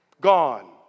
gone